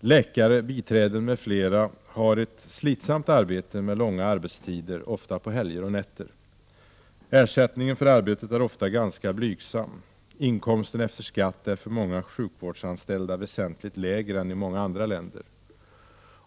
läkare, biträden m.fl. har ett slitsamt arbete med långa arbetstider, ofta på helger och nätter. Ersättningen för arbetet är ofta ganska blygsam. Inkomsten efter skatt är för många sjukvårdsanställda väsentligt lägre än i många andra länder.